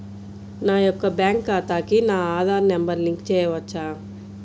నా యొక్క బ్యాంక్ ఖాతాకి నా ఆధార్ నంబర్ లింక్ చేయవచ్చా?